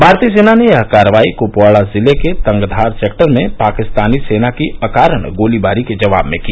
भारतीय सेना ने यह कार्रवाई कृपवाड़ा जिले के तंगधार सेक्टर में पाकिस्तानी सेना की अकारण गोलीबारी के जवाब में की